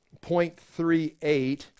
0.38